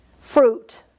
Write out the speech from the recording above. Fruit